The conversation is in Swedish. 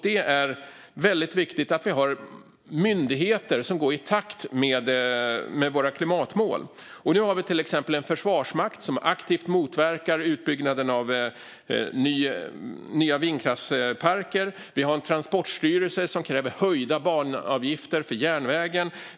Det är väldigt viktigt att vi har myndigheter som går i takt med våra klimatmål. Nu har vi till exempel en försvarsmakt som aktivt motverkar utbyggnaden av nya vindkraftsparker, och vi har en transportstyrelse som kräver höjda banavgifter för järnvägen.